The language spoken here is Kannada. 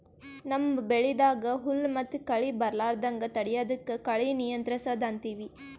ನಮ್ಮ್ ಬೆಳಿದಾಗ್ ಹುಲ್ಲ್ ಮತ್ತ್ ಕಳಿ ಬರಲಾರದಂಗ್ ತಡಯದಕ್ಕ್ ಕಳಿ ನಿಯಂತ್ರಸದ್ ಅಂತೀವಿ